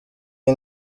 iyi